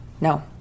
No